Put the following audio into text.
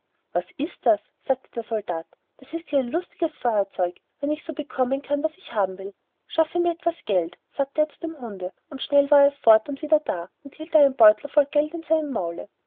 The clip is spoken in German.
was ist das sagte der soldat das ist ja ein lustiges feuerzeug wenn ich so bekommen kann was ich haben will schaffe mir etwas geld sagte er zum hunde und schnell war er fort und wieder da und hielt einen großen beutel voll geld in seinem maule